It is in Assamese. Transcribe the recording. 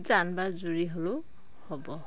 জান বা জুৰি হ'লেও হ'ব